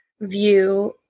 view